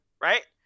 right